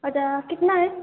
اچھا کتنا ہے